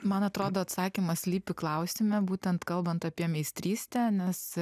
man atrodo atsakymas slypi klausime būtent kalbant apie meistrystę nes